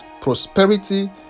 prosperity